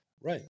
Right